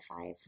five